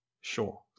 sure